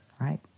right